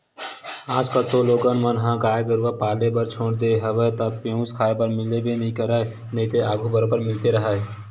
आजकल तो लोगन मन ह गाय गरुवा पाले बर छोड़ देय हवे त पेयूस खाए बर मिलबे नइ करय नइते आघू बरोबर मिलते राहय